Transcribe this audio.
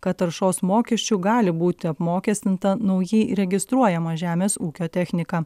kad taršos mokesčiu gali būti apmokestinta naujai registruojama žemės ūkio technika